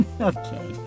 okay